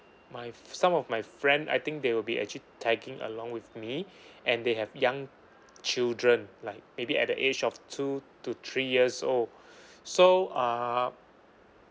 my some of my friend I think they will be actually tagging along with me and they have young children like maybe at the age of two to three years old so uh